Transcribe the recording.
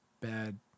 bad